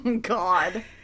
God